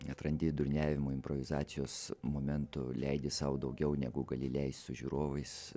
atrandi durniavimo improvizacijos momentų leidi sau daugiau negu gali leist su žiūrovais